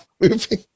moving